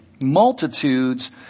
multitudes